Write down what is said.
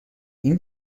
این